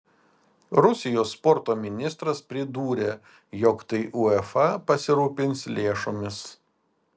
rusijos sporto ministras pridūrė jog tai uefa pasirūpins lėšomis